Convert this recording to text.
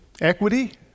equity